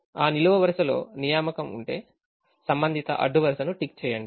ఆ నిలువు వరుసలో నియామక ఉంటే సంబంధిత అడ్డు వరుసను టిక్ చేయండి